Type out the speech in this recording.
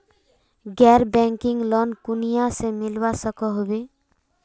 गैर banking loan कुनियाँ से मिलवा सकोहो होबे?